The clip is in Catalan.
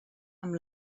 amb